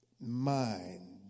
mind